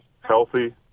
healthy